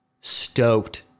stoked